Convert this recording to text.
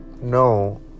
no